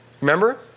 Remember